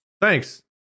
Thanks